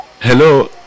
Hello